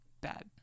Bad